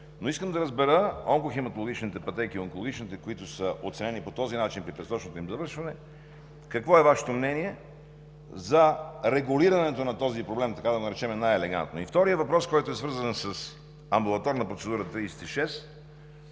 Искам да разбера: онкохематологичните и онкологичните пътеки, които са оценени по този начин при предсрочното им завършване, какво е Вашето мнение за регулирането на този проблем, така да го наречем най-елегантно? Вторият въпрос е свързан с АПр № 36 (Амбулаторна процедура №